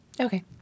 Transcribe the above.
Okay